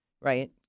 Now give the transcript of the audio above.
right